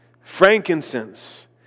frankincense